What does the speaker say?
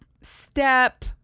step